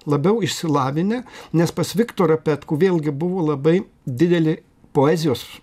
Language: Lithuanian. labiau išsilavinę nes pas viktorą petkų vėlgi buvo labai didelė poezijos